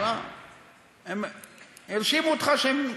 הם הרשימו אותך שהם,